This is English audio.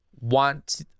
want